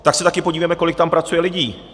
Tak se taky podívejme, kolik tam pracuje lidí.